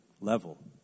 Level